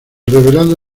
revelado